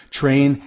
train